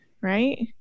right